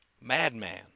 Madman